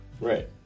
Right